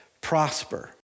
prosper